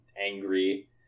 angry